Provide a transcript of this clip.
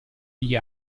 gli